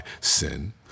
sin